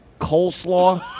Coleslaw